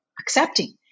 accepting